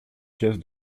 caisse